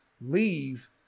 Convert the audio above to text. leave